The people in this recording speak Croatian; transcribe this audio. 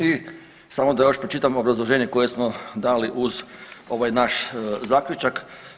I samo da još pročitam obrazloženje koje smo dali uz ovaj naš zaključak.